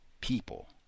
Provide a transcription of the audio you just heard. people